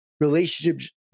relationships